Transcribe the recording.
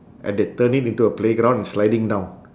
and they turn it into a playground sliding down